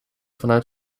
vanuit